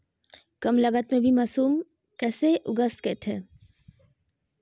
कम लगत मे भी मासूम कैसे उगा स्केट है?